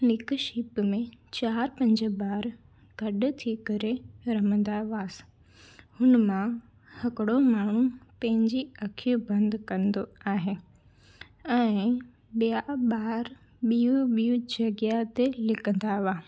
लिक छिप में चारि पंज ॿार गॾ थी करे रमंदा हुआसीं हुनमां हिकिड़ो माण्हू पंहिंजी अखियूं बंदि कंदो आहे ऐं ॿिया ॿार ॿियूं ॿियूं जॻह ते लिकंदा हुआ